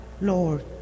Lord